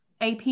ap